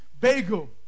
bagel